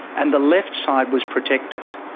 and the left side was protected.